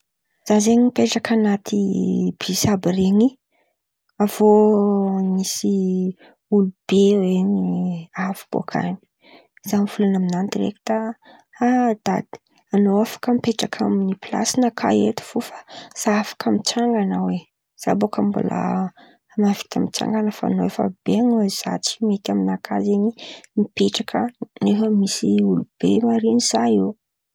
Zah izen̈y mipetraka an̈aty bisy àby iren̈y, avô nisy olobe oe avy bôkany. Zah mivolan̈a amin̈any direkta: a Dady, an̈ao afaka mipetraka amin'ny plasy nakà eto fo, fa zah afaka mitsangan̈a oe. Zah baka mbola mavita mitsangan̈a fa an̈ao efa be noho zah tsy mety aminakà zen̈y mipetraka nefa misy olobe marin̈y zah eo.